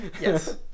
Yes